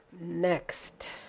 Next